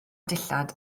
dillad